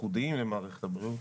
ייחודיים למערכת הבריאות.